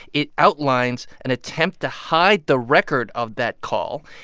it outlines an attempt to hide the record of that call.